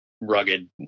rugged